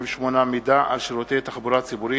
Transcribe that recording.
98) (מידע על שירותי תחבורה ציבורית),